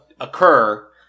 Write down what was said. occur